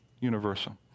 universal